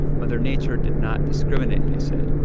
mother nature did not discriminate, they said.